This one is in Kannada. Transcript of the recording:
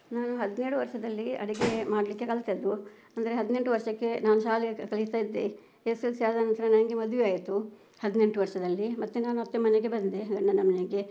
ನಾನು ಹದಿನೇಳು ವರ್ಷದಲ್ಲಿ ಅಡುಗೆ ಮಾಡಲಿಕ್ಕೆ ಕಲಿತದ್ದು ಅಂದರೆ ಹದಿನೆಂಟು ವರ್ಷಕ್ಕೆ ನಾನು ಶಾಲೆಗೆ ಕಲಿತಾ ಇದ್ದೆ ಎಸ್ ಎಲ್ ಸಿ ಆದ ನಂತರ ನನಗೆ ಮದುವೆ ಆಯಿತು ಹದಿನೆಂಟು ವರ್ಷದಲ್ಲಿ ಮತ್ತೆ ನಾನು ಅತ್ತೆ ಮನೆಗೆ ಬಂದೆ ಗಂಡನ ಮನೆಗೆ